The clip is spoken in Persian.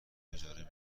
اجاره